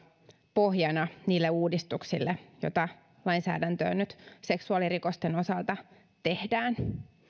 pohjana niille uudistuksille joita lainsäädäntöön nyt seksuaalirikosten osalta tehdään